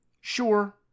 Sure